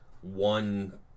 one